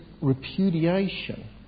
repudiation